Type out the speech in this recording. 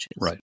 Right